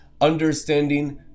Understanding